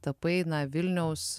tapai na vilniaus